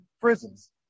prisons